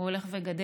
והוא הולך וגדל.